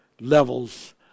levels